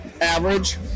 average